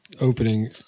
opening